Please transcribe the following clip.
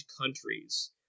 countries